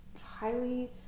highly